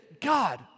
God